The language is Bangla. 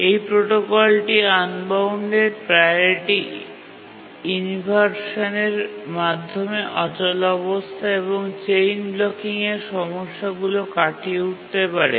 এই প্রোটোকলটি আনবাউন্ডেড প্রাওরিটি ইনভারশানের মাধ্যমে অচলাবস্থা এবং চেইন ব্লকিংয়ের সমস্যাগুলি কাটিয়ে উঠতে পারে